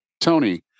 Tony